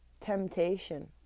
temptation